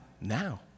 now